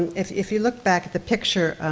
if if you look back, the picture,